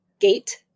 Gate